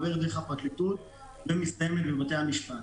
עוברת דרך הפרקליטות ומסתיימת בבתי המשפט.